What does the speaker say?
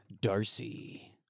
Darcy